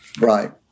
Right